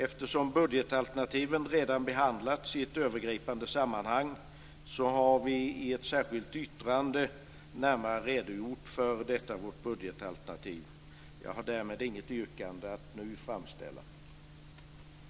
Eftersom budgetalternativen redan har behandlats i ett övergripande sammanhang har vi i ett särskilt yttrande närmare redogjort för detta vårt budgetalternativ. Jag har därmed inget yrkande att framställa nu.